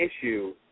issue